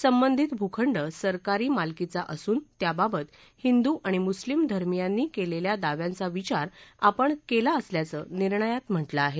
संबंधित भूखंड सरकारी मालकीचा असून त्याबाबत हिंदू आणि मुस्लिम धर्मियांनी केलेल्या दाव्यांचा विचार आपण केला असल्याचं निर्णयात म्हटलं आहे